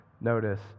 Notice